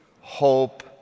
hope